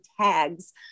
tags